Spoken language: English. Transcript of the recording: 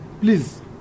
please